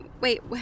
Wait